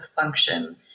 function